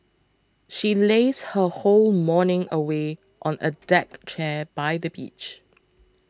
she lazed her whole morning away on a deck chair by the beach